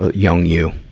ah young you?